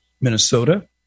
Minnesota